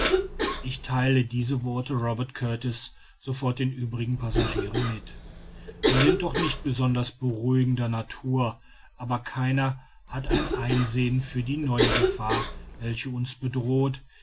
ich theile diese worte robert kurtis sofort den übrigen passagieren mit sie sind doch nicht besonders beruhigender natur aber keiner hat ein einsehen für die neue gefahr welche uns bedroht